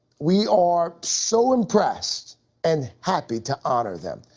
we are so impressed and happy to honor them.